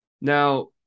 now